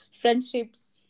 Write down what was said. friendships